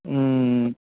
ಹ್ಞೂ